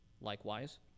likewise